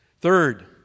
Third